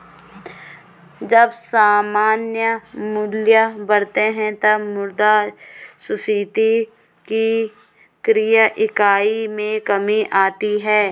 जब सामान्य मूल्य बढ़ते हैं, तब मुद्रास्फीति की क्रय इकाई में कमी आती है